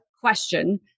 question